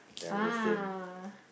ya it's the same